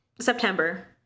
September